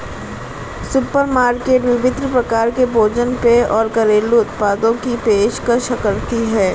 supermarket विभिन्न प्रकार के भोजन पेय और घरेलू उत्पादों की पेशकश करती है